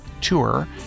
Tour